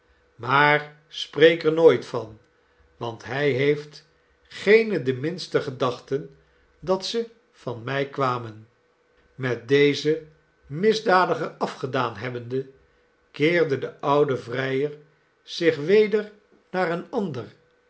maar spreek er nooit van want hij heeft geene de minste gedachte dat ze van mij kwamen met dezen misdadiger afgedaan hebbende keerde de oude vrijer zich weder naar een ander